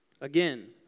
Again